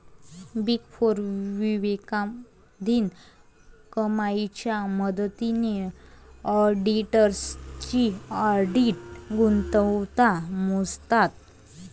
big four विवेकाधीन कमाईच्या मदतीने ऑडिटर्सची ऑडिट गुणवत्ता मोजतात